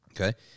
okay